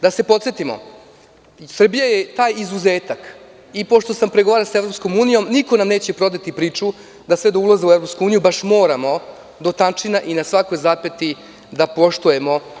Da se podsetimo, Srbija je taj izuzetak i pošto sam pregovarač sa EU niko nam neće prodati priču da za ulazak u EU baš sve moramo do tančina i svaku zapetu da poštujemo.